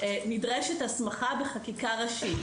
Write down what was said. נדרשת הסמכה בחקיקה ראשית,